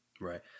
Right